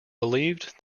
believed